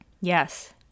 Yes